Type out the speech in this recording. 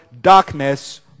darkness